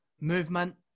movement